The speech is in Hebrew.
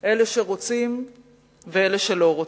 אלה שרוצים ואלה שלא רוצים.